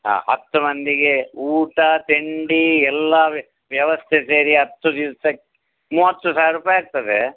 ಹಾಂ ಹತ್ತು ಮಂದಿಗೆ ಊಟ ತಿಂಡಿ ಎಲ್ಲ ವ್ಯವಸ್ಥೆ ಸೇರಿ ಹತ್ತು ದಿವ್ಸಕ್ಕೆ ಮೂವತ್ತು ಸಾವಿರ ರೂಪಾಯಿ ಆಗ್ತದೆ